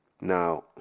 Now